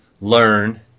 learn